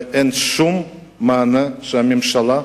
ואין שום מענה שהממשלה נותנת,